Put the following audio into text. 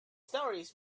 stories